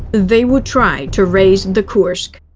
they would try to raise the kursk.